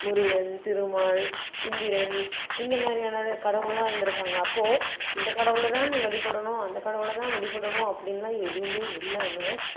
முருகன் திருமால் இந்திரன் இந்த மாதிரியான கடவுள்லாம் இருந்ருதிக்காங்க அப்போது இந்த கடவுளை தான் நீ வழிபடணும் அந்த கடவுளை தான் வழிபடணும் அப்படின்லாம் எதுவுமே இல்லாமல்